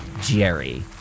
Jerry